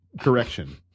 correction